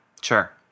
sure